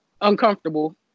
uncomfortable